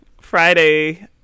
Friday